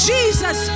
Jesus